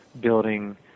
building